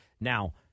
Now